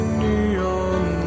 neon